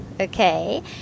Okay